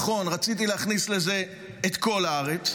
נכון, רציתי להכניס לזה את כל הארץ,